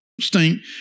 stink